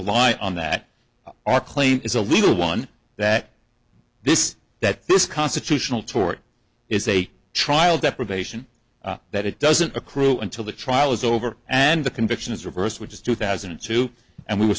rely on that our claim is a legal one that this that this constitutional tort is a trial deprivation that it doesn't accrue until the trial is over and the conviction is reversed which is two thousand and two and we were